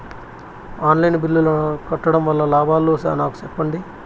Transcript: On line బిల్లుల ను కట్టడం వల్ల లాభాలు నాకు సెప్పండి?